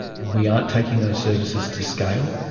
we aren't taking those services to scale.